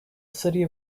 city